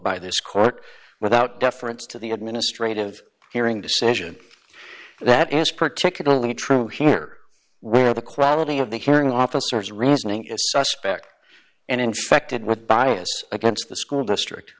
by this court without deference to the administrative hearing decision that as particularly true here where the quality of the hearing officers reasoning is suspect and infected with bias against the school district